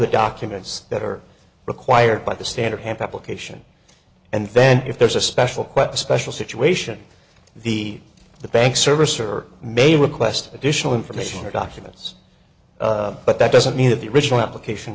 the documents that are required by the standard ham publication and then if there's a special quite special situation the the bank service or maybe request additional information or documents but that doesn't mean that the original application